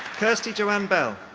kirsty joanne bell.